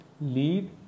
lead